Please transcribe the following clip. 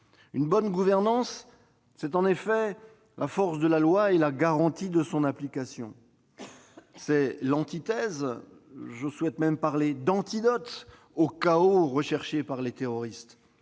Une bonne gouvernance, c'est la force de la loi et la garantie de son application. C'est l'antithèse, et je dirai même l'antidote, au chaos recherché par les terroristes.